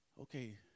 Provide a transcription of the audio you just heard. Okay